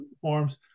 forms